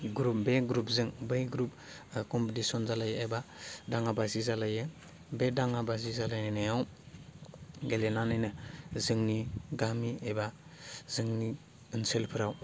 groom बे ग्रुपजों बै ग्रुप कमपिटिसन जालायो एबा दाङाबाजि जालायो बे दाङाबाजि जालाय लायनायाव गेलेनानैनो जोंनि गामि एबा जोंनि ओनसोलफोराव